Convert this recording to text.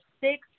six